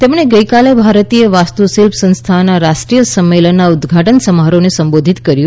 તેમણે ગઈકાલે ભારતીય વાસ્તુશિલ્પ સંસ્થાનના રાષ્ટ્રીય સંમેલનના ઉદઘાટન સમારોહને સંબોધિત કર્યું